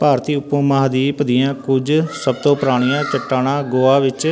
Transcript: ਭਾਰਤੀ ਉਪ ਮਹਾਂਦੀਪ ਦੀਆਂ ਕੁੱਝ ਸਭ ਤੋਂ ਪੁਰਾਣੀਆਂ ਚੱਟਾਨਾਂ ਗੋਆ ਵਿੱਚ